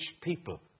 people